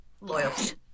loyalty